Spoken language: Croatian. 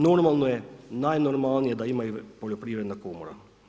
Normalno je, najnormalnije da ima i Poljoprivredna komora.